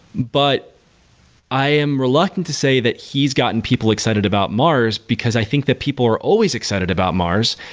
but i am reluctant to say that he's gotten people excited about mars, because i think that people are always excited about mars.